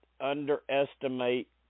underestimate